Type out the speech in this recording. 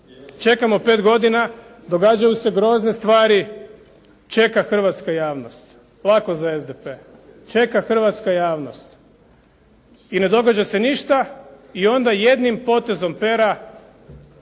Čekamo 5 godina, događaju se grozne stvari. Čeka hrvatska javnost. Lako za SDP. Čeka hrvatska javnost i ne događa se ništa i onda jednim potezom pera